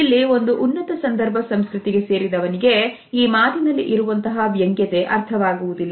ಇಲ್ಲಿ ಒಂದು ಉನ್ನತ ಸಂದರ್ಭ ಸಂಸ್ಕೃತಿಗೆ ಸೇರಿದವನಿಗೆ ಈ ಮಾತಿನಲ್ಲಿ ಇರುವಂತಹ ವ್ಯಂಗ್ಯತೆ ಅರ್ಥವಾಗುವುದಿಲ್ಲ